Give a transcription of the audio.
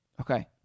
Okay